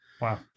Wow